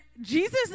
Jesus